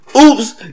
Oops